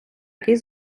який